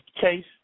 case